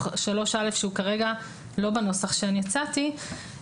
3(א) שהוא כרגע לא בנוסח שאני הצעתי,